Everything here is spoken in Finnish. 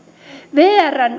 vrn